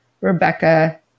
Rebecca